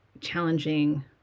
challenging